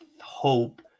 hope